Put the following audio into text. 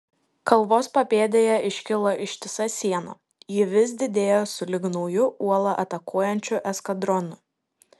kalvos papėdėje iškilo ištisa siena ji vis didėjo sulig nauju uolą atakuojančiu eskadronu